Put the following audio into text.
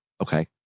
Okay